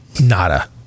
Nada